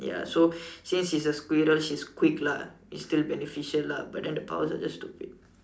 ya so since she's a squirrel she's quick lah it's still beneficial lah but then the powers are just stupid